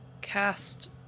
cast